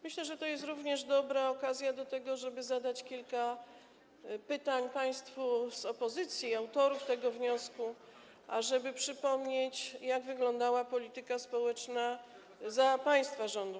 Myślę, że to jest również dobra okazja do tego, żeby zadać kilka pytań państwu z opozycji, autorom tego wniosku, ażeby przypomnieć, jak wyglądała polityka społeczna za państwa rządów.